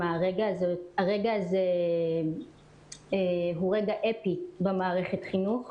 הרגע הזה הוא רגע אפי במערכת החינוך.